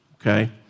Okay